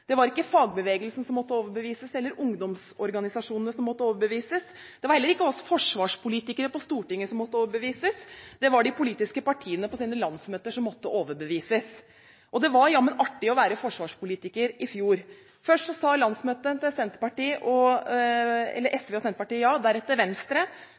det var ikke fagbevegelsen eller de politiske ungdomsorganisasjonene som måtte overbevises, det var heller ikke oss forsvarspolitikere på Stortinget som måtte overbevises. Det var de politiske partiene på sine landsmøter som måtte overbevises. Det var jammen artig å være forsvarspolitiker i fjor. Først sa landsmøtene til SV og Senterpartiet ja, deretter Venstre,